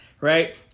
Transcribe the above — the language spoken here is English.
right